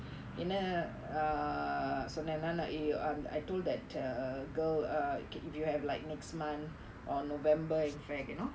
என்ன:enna err சொன்னேன்னா:sonnaenaa eh I told that a girl ah you can if you have like next month or november in fact you know